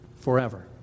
Forever